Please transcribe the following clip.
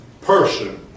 person